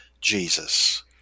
Jesus